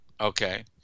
okay